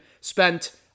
Spent